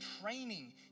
training